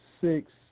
six